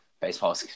Baseball